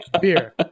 beer